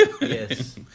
Yes